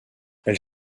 elle